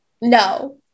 no